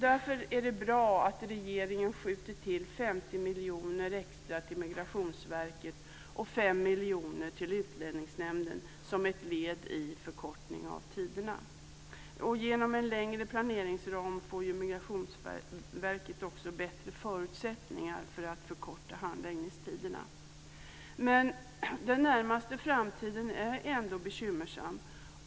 Därför är det bra att regeringen skjuter till 50 Utlänningsnämnden som ett led i förkortningen av tiderna. Genom en längre planeringsram får Migrationsverket också bättre förutsättningar att förkorta handläggningstiderna. Men den närmaste framtiden är ändå bekymmersam.